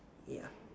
ya